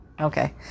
okay